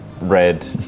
red